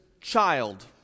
child